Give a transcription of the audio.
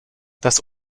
das